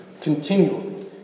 continually